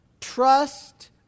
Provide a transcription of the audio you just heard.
Trust